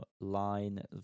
Line